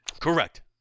correct